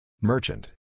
Merchant